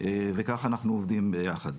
וכך אנחנו עובדים ביחד.